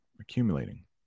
accumulating